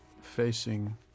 facing